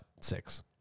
six